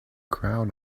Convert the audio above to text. crowd